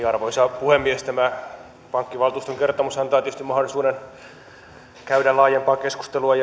arvoisa puhemies tämä pankkivaltuuston kertomus antaa tietysti mahdollisuuden käydä laajempaa keskustelua